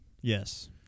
Yes